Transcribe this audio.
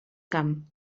camp